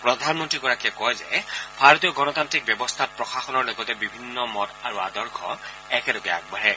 প্ৰধানমন্ত্ৰীগৰাকীয়ে কয় যে ভাৰতীয় গণতান্নিক ব্যৱস্থাত প্ৰশাসনৰ লগতে বিভিন্ন মত আৰু আদৰ্শ একেলগে আগবাঢ়ে